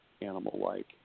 animal-like